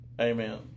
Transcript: Amen